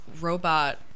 robot